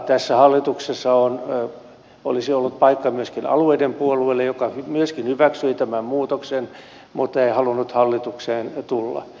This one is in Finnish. tässä hallituksessa olisi ollut paikka myöskin alueiden puolueelle joka myöskin hyväksyi tämän muutoksen mutta se ei halunnut hallitukseen tulla